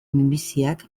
minbiziak